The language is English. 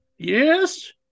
Yes